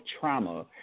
trauma